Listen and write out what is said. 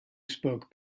spoke